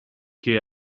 che